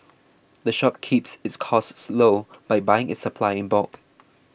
the shop keeps its costs low by buying its supplies in bulk